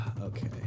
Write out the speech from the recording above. Okay